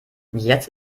jetzt